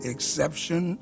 Exception